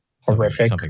horrific